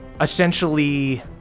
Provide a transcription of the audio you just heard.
essentially